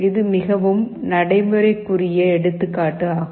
இது மிகவும் நடைமுறைக்குரிய எடுத்துக்காட்டு ஆகும்